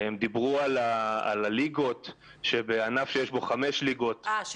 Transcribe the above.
הם דיברו על כך שבענף שיש בו חמש ליגות --- אה,